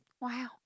wow